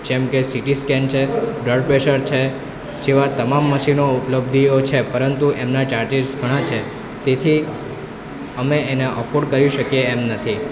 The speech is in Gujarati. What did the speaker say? જેમકે સિટીસ્કેન છે બ્લડપ્રેશર છે જેવા તમામ મશીનો ઉપલબ્ધીઓ છે પરંતુ એમના ચાર્જિસ ઘણા તેથી અમે એને અફોર્ડ કરી શકીએ એમ નથી